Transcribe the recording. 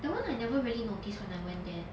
that one I never really notice when I went there